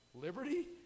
Liberty